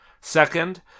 Second